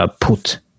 Put